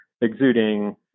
exuding